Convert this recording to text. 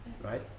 right